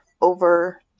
over